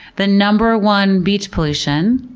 the number one beach pollution,